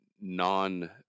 non